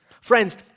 Friends